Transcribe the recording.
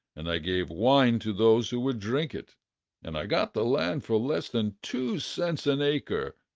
and i gave wine to those who would drink it and i got the land for less than two cents an acre.